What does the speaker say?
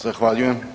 Zahvaljujem.